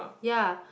ya